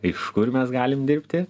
iš kur mes galim dirbti